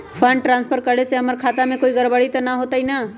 Fund transfer करे से हमर खाता में कोई गड़बड़ी त न होई न?